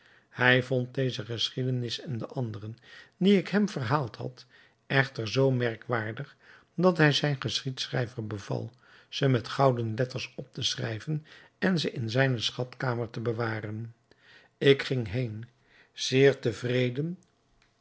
hij vond deze geschiedenis en de anderen die ik hem verhaald had echter zoo merkwaardig dat hij zijn geschiedschrijver beval ze met gouden letters op te schrijven en ze in zijne schatkamer te bewaren ik ging heen zeer tevreden